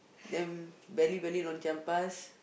then belly belly lom-chiam-pas